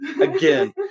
again